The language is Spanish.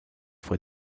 fue